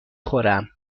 خورم